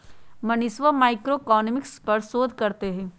मनीषवा मैक्रोइकॉनॉमिक्स पर शोध करते हई